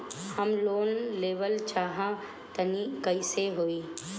हम लोन लेवल चाह तानि कइसे होई?